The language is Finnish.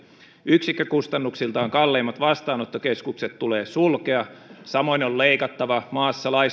yksikkökustannuksiltaan kalleimmat vastaanottokeskukset tulee sulkea samoin on leikattava maassa